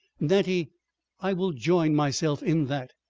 nettie i will join myself in that.